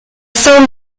song